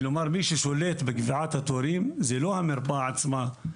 כלומר מי ששולט בקביעת התורים זה לא המרפאה עצמה.